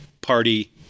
party